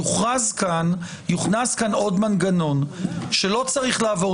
יוכנס כאן עוד מנגנון שלא צריך לעבור